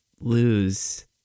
lose